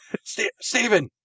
Steven